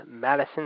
Madison